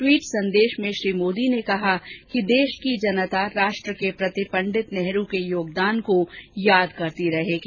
tweet संदेश में श्री मोदी ने कहा है कि देश की जनता राष्ट्र के प्रति पंडित नेहरू के योगदान को याद करती रहेगी